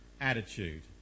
attitude